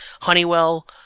Honeywell